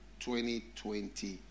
2020